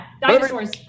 Dinosaurs